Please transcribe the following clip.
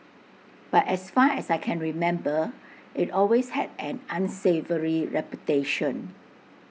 but as far as I can remember IT always had an unsavoury reputation